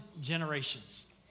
generations